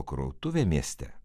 krautuvė mieste